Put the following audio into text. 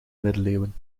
middeleeuwen